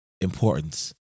importance